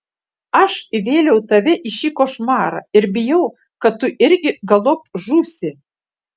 aš įvėliau tave į šį košmarą ir bijau kad tu irgi galop žūsi